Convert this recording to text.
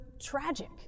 tragic